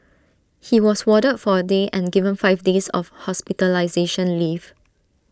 he was warded for A day and given five days of hospitalisation leave